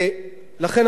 לכן,